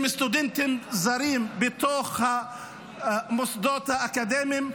הם סטודנטים זרים בתוך המוסדות האקדמיים.